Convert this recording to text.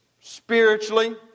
spiritually